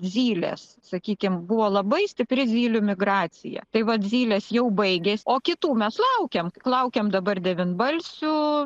zylės sakykim buvo labai stipri zylių migracija tai vat zylės jau baigės o kitų mes laukiam laukiam dabar devynbalsių